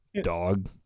dog